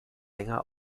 länger